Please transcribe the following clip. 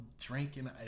drinking